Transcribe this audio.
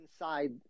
inside